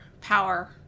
power